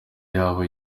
yabo